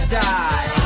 die